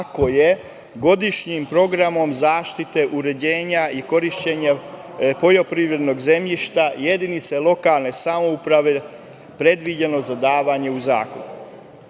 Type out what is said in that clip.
ako je godišnjim programom zaštite, uređenja i korišćenja poljoprivrednog zemljišta jedinice lokalne samouprave predviđeno za davanje u zakup.